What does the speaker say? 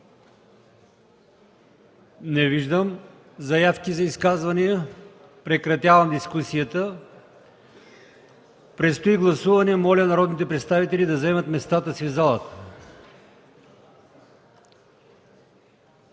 Не виждам. Има ли заявки за изказвания? Прекратявам дискусията. Предстои гласуване. Моля народните представители да заемат местата си в залата!